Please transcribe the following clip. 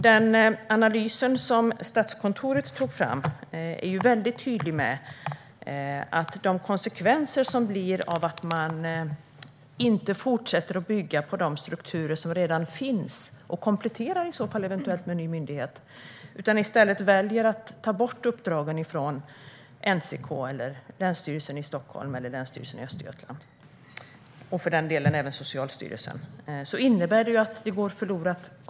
Den analys som Statskontoret tog fram är väldigt tydlig med vad konsekvenserna blir av att man inte fortsätter att bygga på de strukturer som redan finns - och i så fall eventuellt kompletterar dem med en ny myndighet - utan i stället väljer att ta bort uppdragen från NCK, Länsstyrelsen Stockholm eller Länsstyrelsen Östergötland och Socialstyrelsen. Det innebär att kompetens går förlorad.